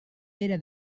pere